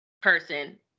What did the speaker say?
person